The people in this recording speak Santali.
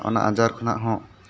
ᱚᱱᱟ ᱟᱡᱟᱨ ᱠᱷᱚᱱᱟᱜ ᱦᱚᱸ